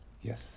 yes